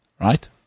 right